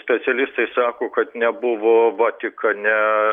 specialistai sako kad nebuvo vatikane